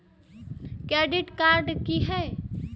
Credit card की हे छे?